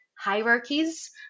hierarchies